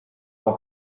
por